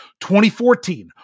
2014